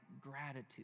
gratitude